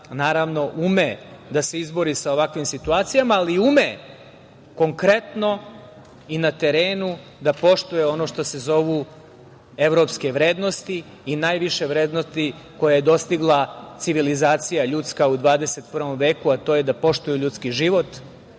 naravno, ume da se izbori sa ovakvim situacijama, ali ume konkretno i na terenu da poštuje ono što se zovu evropske vrednosti i najviše vrednosti koje je dostigla civilizacija ljudska u 21. veku, a to je da poštuju ljudski život,